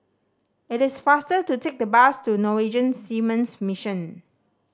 it is faster to take the bus to Norwegian Seamen's Mission